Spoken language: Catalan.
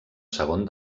segon